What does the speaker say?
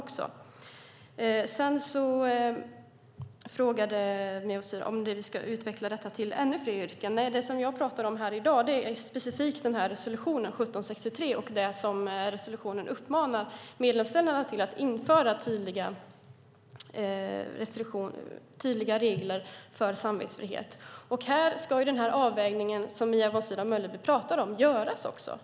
Mia Sydow Mölleby frågade om vi ska utveckla detta till ännu fler yrken. Nej, det som jag pratar om här i dag är specifikt resolution 1763 och det som resolutionen uppmanar medlemsländerna till, att införa tydliga regler för samvetsfrihet. Här ska också den avvägning som Mia Sydow Mölleby pratar om göras.